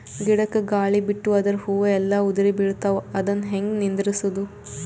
ಗಿಡಕ, ಗಾಳಿ ಬಿಟ್ಟು ಅದರ ಹೂವ ಎಲ್ಲಾ ಉದುರಿಬೀಳತಾವ, ಅದನ್ ಹೆಂಗ ನಿಂದರಸದು?